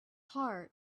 heart